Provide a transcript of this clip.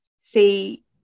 see